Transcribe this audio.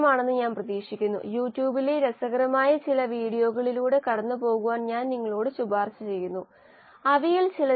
പ്രത്യക്ഷ വളർച്ചാ നിരക്കും യഥാർത്ഥ വളർച്ചാ നിരക്കും ഒരു എൻഡോജെനസ് മെറ്റബോളിസം സ്ഥിരാങ്കവും ke തമ്മിലുള്ള ബന്ധം എന്തെന്നാൽ T minus ke equals A ആണ്